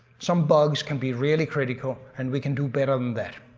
some bugs can be really critical and we can do better than that,